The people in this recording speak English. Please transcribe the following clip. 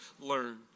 learn